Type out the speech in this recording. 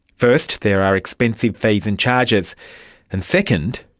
first there are expensive fees and charges and second,